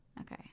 Okay